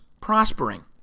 prospering